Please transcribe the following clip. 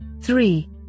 three